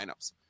lineups